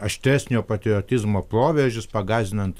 aštresnio patriotizmo proveržis pagąsdinant